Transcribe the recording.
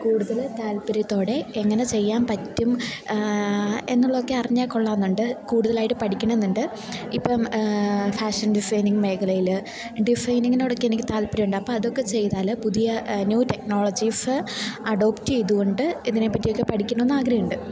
കൂടുതല് താല്പര്യത്തോടെ എങ്ങനെ ചെയ്യാൻ പറ്റും എന്നുള്ളതൊക്കെ അറിഞ്ഞാൽ കൊള്ളാമെന്നൊക്കെ ഉണ്ട് കൂടുതലായിട്ട് പഠിക്കണം എന്നുണ്ട് ഇപ്പം ഫാഷൻ ഡിസൈനിങ് മേഖലയില് ഡിസൈനിങ്ങിനോടൊക്കെ എനിക്ക് താല്പര്യം ഉണ്ട് അപ്പം അതൊക്കെ ചെയ്താല് പുതിയ ന്യൂ ടെക്നോളജീസ്സ് അഡോപ്റ്റ് ചെയ്ത് കൊണ്ട് ഇതിനേപ്പറ്റിയൊക്കെ പഠിക്കണം എന്ന് ആഗ്രഹമുണ്ട്